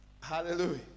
Hallelujah